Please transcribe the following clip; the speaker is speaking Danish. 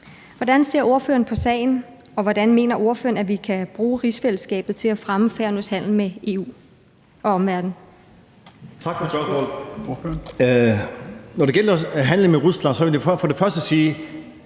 Hvordan ser ordføreren på sagen, og hvordan mener ordføreren at vi kan bruge rigsfællesskabet til at fremme Færøernes handel med EU og omverdenen?